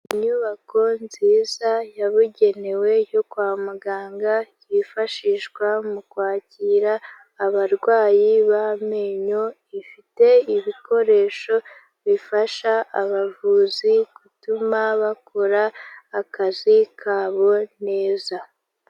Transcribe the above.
Inyubako nziza yabugenewe yo kwa muganga, yifashishwa mu kwakira abarwayi b'amenyo, ifite ibikoresho bifasha abavuzi gutuma bakora akazi kabo neza.